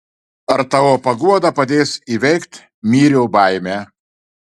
ar tavo paguoda padės įveikt myrio baimę